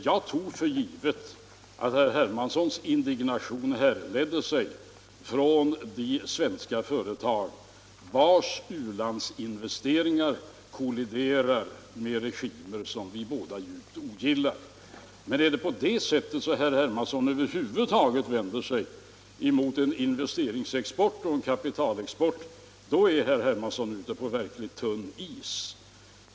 Jag tog för givet att herr Hermanssons indignation härledde sig från de svenska företag vilkas u-landsinvesteringar kolliderar med regimer som vi båda djupt ogillar. Men är det så att herr Hermansson över huvud taget vänder sig mot en investeringsexport och en kapitalexport, då är herr Hermansson ute på verkligt tunn is.